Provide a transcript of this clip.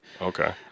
Okay